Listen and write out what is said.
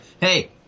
Hey